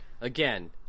again